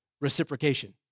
reciprocation